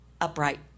upright